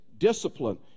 discipline